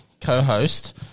co-host